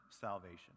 salvation